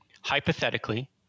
hypothetically